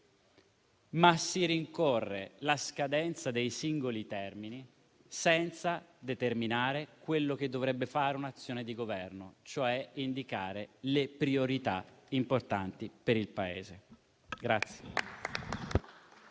ma si rincorre la scadenza dei singoli termini, senza determinare quello che dovrebbe fare un'azione di Governo, vale a dire indicare le priorità importanti per il Paese.